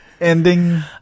ending